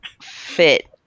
fit